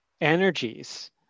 energies